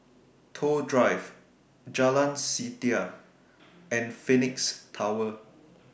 Toh Drive Jalan Setia and Phoenix Tower